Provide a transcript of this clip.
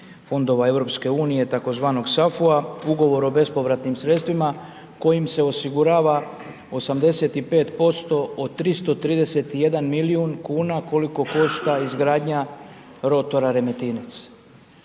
fondova EU, tzv. SAFU-a, ugovor o bespovratnim sredstvima, kojim se osigurava 85% od 331 milijun kuna, koliko košta izgradnja rotora Remetinec.